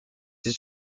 did